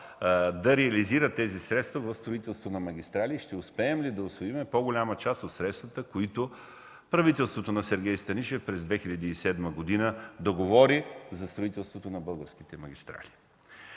да реализира тези средства в строителство на магистрали и ще успеем ли да усвоим по-голяма част от средствата, които правителството на Сергей Станишев през 2007 г. договори за строителството на българските магистрали.